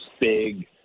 big